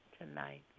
Tonight